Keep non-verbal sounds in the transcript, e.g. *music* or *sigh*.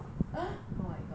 *breath* oh my god